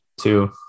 two